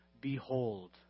Behold